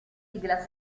sigla